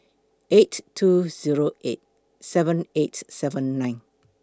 eight two Zero eight seven eight seven nine